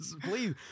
Please